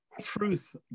truth